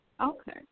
Okay